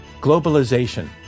Globalization